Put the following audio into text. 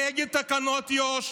נגד תקנות יו"ש,